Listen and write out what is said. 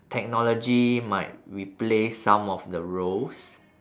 technology might replace some of the roles